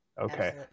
Okay